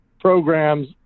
programs